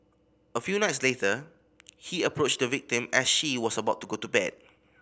a few nights later he approached the victim as she was about to go to bed